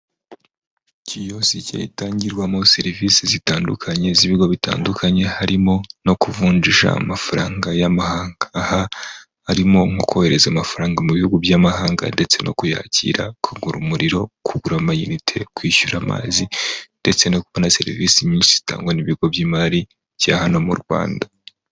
Kiyosi cyatangirwamo serivisi zitandukanye z'ibigo bitandukanye ,harimo no kuvunjisha amafaranga y'amahanga .Aha harimo nko kohereza amafaranga mu bihugu by'amahanga ndetse no kuyakira ,kugura umuriro, kugura amainnite , kwishyura amazi ndetse no kubona serivisi nyinshi zitangwa n'ibigo by'imari bya hano mu Rwanda.